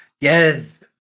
yes